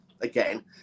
again